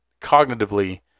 cognitively